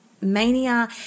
mania